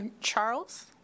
Charles